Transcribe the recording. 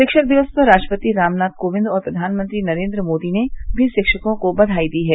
शिक्षक दिवस पर राष्ट्रपति रामनाथ कोविंद और प्रधानमंत्री नरेन्द्र मोदी ने भी रिक्षकों को बधाई दी है